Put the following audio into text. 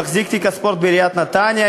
כשהייתי מחזיק תיק הספורט בעיריית נתניה,